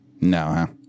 No